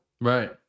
right